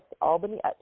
Albany